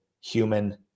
human